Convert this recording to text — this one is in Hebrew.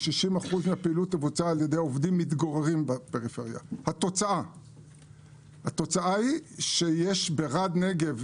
60% מהפעילות תבוצע על ידי עובדים שמתגוררים בפריפריה הייתה שברד נגב,